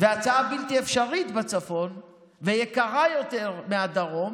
והצעה בלתי אפשרית בצפון ויקרה יותר מהדרום